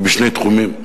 היא בשני תחומים.